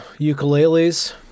ukuleles